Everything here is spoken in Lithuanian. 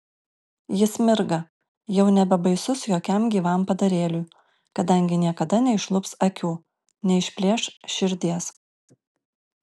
jis mirga jau nebebaisus jokiam gyvam padarėliui kadangi niekada neišlups akių neišplėš širdies